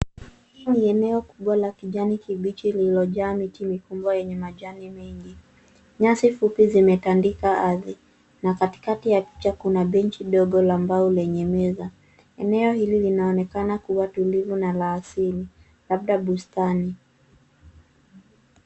Hili ni eneo kubwa ya kijani kibichi lililojaa miti mikubwa yenye majani mengi. Nyasi fupi zimetandika ardhi. Na katikati ya picha kuna benji ndogo la mbao lenye meza. Eneo hili linaonekana kuwa tulivu na la asili, labda bustani.